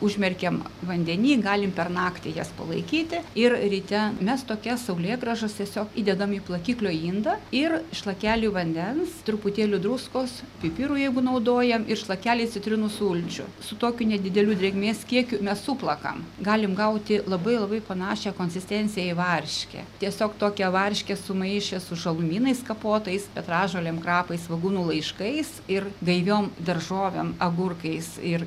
užmerkiam vandeny galim per naktį jas palaikyti ir ryte mes tokias saulėgrąžas tiesiog įdedame į plakiklio indą ir šlakelį vandens truputėlį druskos pipirų jeigu naudojam ir šlakelį citrinų sulčių su tokiu nedideliu drėgmės kiekiu mes suplakam galim gauti labai labai panašią konsistenciją į varškę tiesiog tokią varškę sumaišę su žalumynais kapotais petražolėm krapais svogūnų laiškais ir gaiviom daržovėm agurkais ir